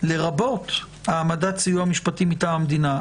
לרבות העמדת סיוע משפטי מטעם המדינה.